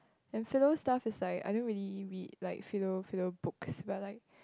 and philo stuff is like I don't really read like philo philo books but like